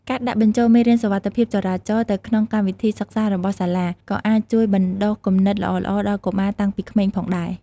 ការដាក់បញ្ចូលមេរៀនសុវត្ថិភាពចរាចរណ៍ទៅក្នុងកម្មវិធីសិក្សារបស់សាលា ក៏អាចជួយបណ្ដុះគំនិតល្អៗដល់កុមារតាំងពីក្មេងផងដែរ។